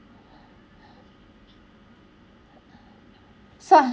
so~